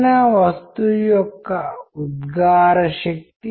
అతను తప్పిపోయిన లింక్ను ఎలా గుర్తించగలిగాడో వివరిస్తారు